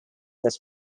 this